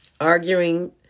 arguing